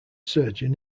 surgeon